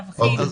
תבחין.